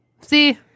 See